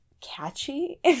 catchy